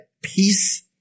peace